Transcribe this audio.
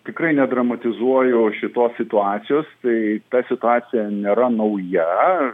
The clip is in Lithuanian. tikrai nedramatizuoju šitos situacijos tai ta situacija nėra nauja